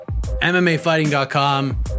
MMAfighting.com